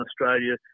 Australia